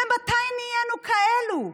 מתי נהיינו כאלה?